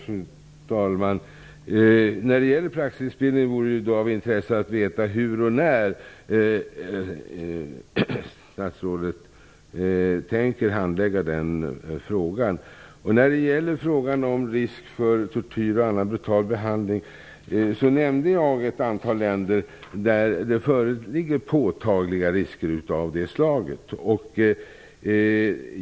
Fru talman! När det gäller praxisbildningen vore det av intresse att veta hur och när statsrådet tänker handlägga frågan. Jag nämnde ett antal länder där det föreligger påtagliga risker för tortyr och annan brutal behandling.